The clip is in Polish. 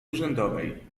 urzędowej